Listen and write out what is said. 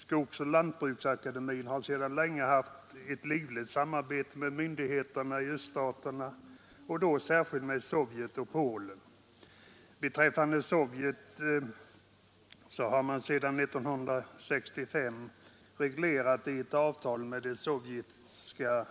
Skogsoch lantbruksakademien har sedan länge ett livligt samarbete med myndigheter i öststaterna, särskilt Sovjet och Polen, beträffande Sovjet sedan 1965 reglerat i ett avtal med det sovjetiska